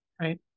right